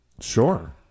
Sure